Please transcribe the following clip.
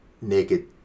naked